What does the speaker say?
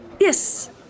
Yes